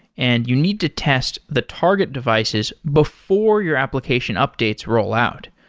and you need to test the target devices before your application updates rollout.